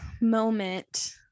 moment